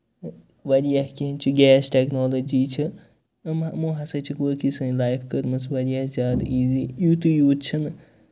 واریاہ کیٚنٛہہ چھِ گیس ٹیٚکنالوجی چھِ یِمو یِمو ہسا چھِکھ واقعی سٲنۍ لایف کٔرمٕژ واریاہ زیادٕ ایٖزِی یِوٗتُے یوت چھُنہٕ